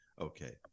Okay